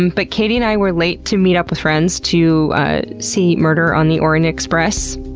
and but katie and i were late to meet up with friends to see murder on the orient express,